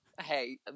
hey